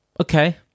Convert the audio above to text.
okay